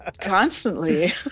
constantly